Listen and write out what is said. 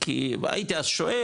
כי הייתי אז שואל,